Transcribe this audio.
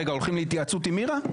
רגע, הולכים להתייעצות עם מירה?